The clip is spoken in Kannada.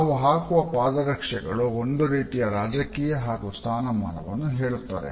ನಾವು ಹಾಕುವ ಪಾದರಕ್ಷೆಗಳು ಒಂದು ರೀತಿಯ ರಾಜಕೀಯ ಹಾಗು ಸ್ಥಾನಮಾನವನ್ನು ಹೇಳುತ್ತದೆ